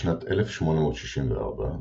בשנת 1864,